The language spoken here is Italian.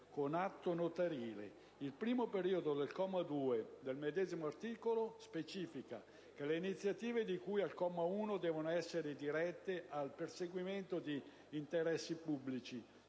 con atto notarile. Il primo periodo del comma 2 del medesimo articolo specifica che le iniziative di cui al comma 1 devono essere dirette al perseguimento di interessi pubblici,